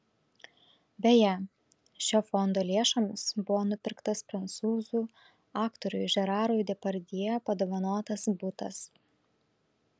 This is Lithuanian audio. beje šio fondo lėšomis buvo nupirktas prancūzų aktoriui žerarui depardjė padovanotas butas